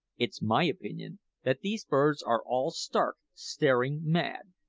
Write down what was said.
it's my opinion that these birds are all stark, staring mad,